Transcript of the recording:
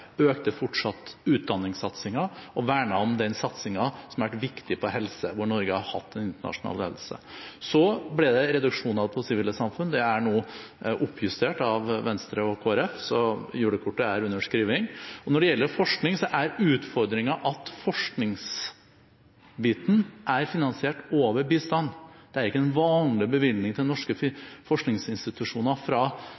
økte fortsatt utdanningssatsingen og vernet om den satsingen som har vært viktig på helse, hvor Norge har hatt en internasjonal ledelse. Så ble det reduksjoner på det sivile samfunn. Det er nå oppjustert av Venstre og Kristelig Folkeparti, så julekortet er under skriving. Når det gjelder forskning, er utfordringen at forskningsbiten er finansiert over bistand. Det er ikke en vanlig bevilgning til norske forskningsinstitusjoner fra